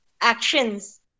actions